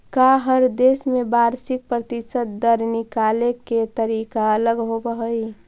का हर देश में वार्षिक प्रतिशत दर निकाले के तरीका अलग होवऽ हइ?